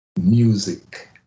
music